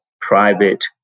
private